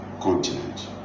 continent